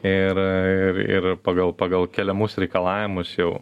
ir ir ir pagal pagal keliamus reikalavimus jau